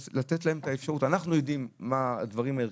אנחנו יודעים מה הדברים הערכיים,